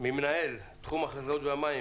ממנהל תחום החקלאות והמים,